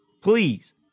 Please